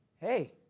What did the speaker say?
Hey